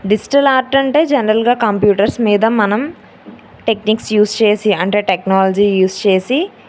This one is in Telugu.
డిజిటల్ ఆర్ట్ అంటే జనరల్గా కంప్యూటర్స్ మీద మనం టెక్నిక్స్ యూజ్ చేసి అంటే టెక్నాలజీ యూజ్ చేసి